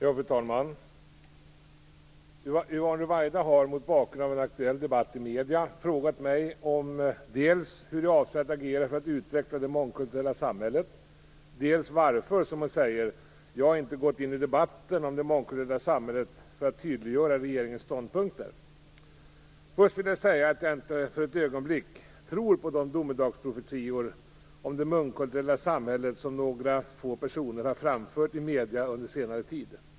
Fru talman! Yvonne Ruwaida har - mot bakgrund av en aktuell debatt i medierna - frågat mig dels hur jag avser att agera för att utveckla det mångkulturella samhället, dels varför, som hon säger, jag inte gått in i debatten om det mångkulturella samhället för att tydliggöra regeringens ståndpunkter. Först vill jag säga att jag inte för ett ögonblick tror på de domedagsprofetior om "det mångkulturella samhället" som några få personer har framfört i medierna under senare tid.